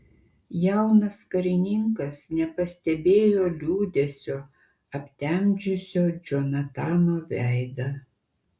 jaunas karininkas nepastebėjo liūdesio aptemdžiusio džonatano veidą